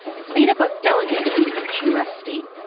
it's made up of delegates from each us state.